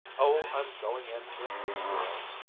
oh, i'm going in with you girls!